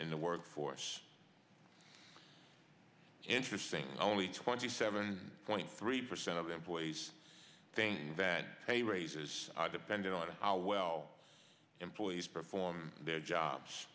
in the work force interesting only twenty seven point three percent of employees think that pay raises the bend on how well employees perform their job